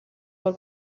بار